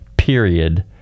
period